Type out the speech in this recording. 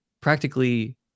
practically